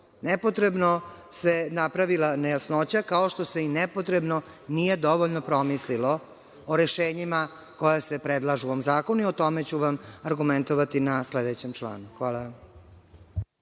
Nepotrebno se napravila nejasnoća, kao što se i nepotrebno nije dovoljno promislilo o rešenjima koja se predlažu ovim zakonom i o tome ću vam argumentovati na sledećem članu. Hvala.